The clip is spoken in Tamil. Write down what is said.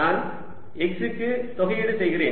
நான் x க்கு தொகையீடு செய்கிறேன்